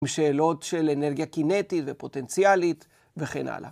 עם שאלות של אנרגיה קינטית, ופוטנציאלית, וכן הלאה.